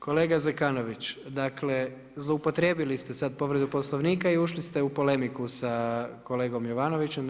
Kolega Zekanović, dakle zloupotrijebili ste sad povredu Poslovnika i ušli ste u polemiku sa kolegom Jovanovićem.